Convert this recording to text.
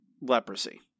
leprosy